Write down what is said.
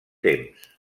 temps